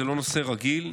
זה לא נושא רגיל.